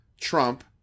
Trump